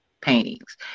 paintings